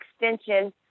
extension